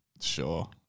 Sure